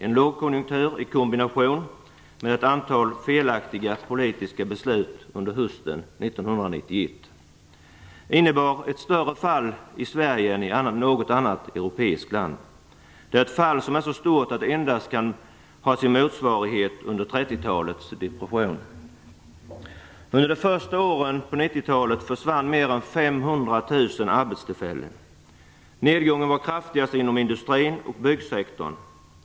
En lågkonjunktur i kombination med ett antal felaktiga politiska beslut under hösten 1991 innebar en större nedgång i Sverige än i något annat europeiskt land. Det är ett fall som är så stort att det endast har sin motsvarighet under Under de första åren av 90-talet försvann mer än 500 000 arbetstillfällen. Nedgången var kraftigast inom industrin och byggsektorn.